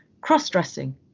cross-dressing